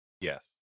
yes